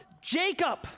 Jacob